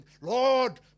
lord